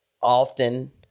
often